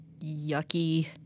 yucky